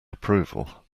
approval